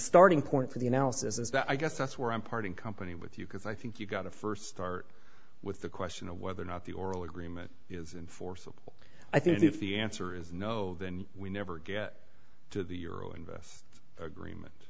starting point for the analysis is that i guess that's where i'm parting company with you because i think you've got to first start with the question of whether or not the oral agreement is in forcible i think if the answer is no then we never get to the euro and agreement